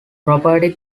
property